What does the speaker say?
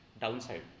downside